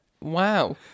Wow